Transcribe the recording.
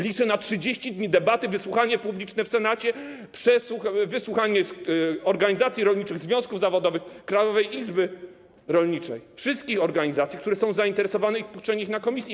Liczę na 30 dni debaty, wysłuchanie publiczne w Senacie, wysłuchanie organizacji rolniczych, związków zawodowych, Krajowej Rady Izb Rolniczych, wszystkich organizacji, które są zainteresowane, wpuszczenie ich na posiedzenie komisji.